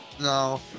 No